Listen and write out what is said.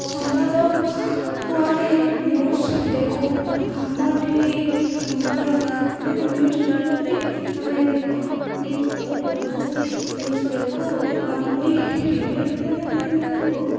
ସମ୍ବାଦ ଓ ଆମେ ନିୟୁଜ ଦେଖୁ ଆମଟି ସମ୍ବାଦ ମାନେ ନିୟୁଜ ପେପର ବି ଆମେ ଦେଖୁ ନିୟୁଜ ପେପର ପଢ଼ୁ ନିୟୁଜ ଦେଖୁ ଆମର ଟି ଟି ଭି ଅଛି ବୋଲି ଆମେ ନିୟୁଜ ଦେଖୁ